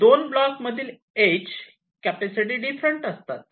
दोन ब्लॉक मधील is capacity different असतात